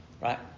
Right